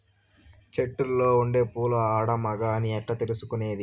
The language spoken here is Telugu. చెట్టులో ఉండే పూలు ఆడ, మగ అని ఎట్లా తెలుసుకునేది?